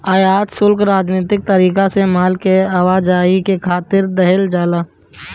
आयात शुल्क राजनीतिक तरीका से माल के आवाजाही करे खातिर देहल जाला